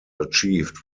achieved